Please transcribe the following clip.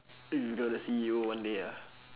you got the C_E_O one day ah